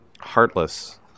heartless